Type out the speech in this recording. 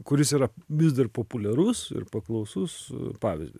kuris yra vis dar populiarus ir paklausus pavyzdį